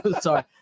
Sorry